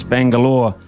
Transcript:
Bangalore